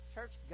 Church